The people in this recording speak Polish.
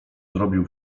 zrobił